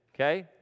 okay